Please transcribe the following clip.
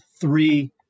three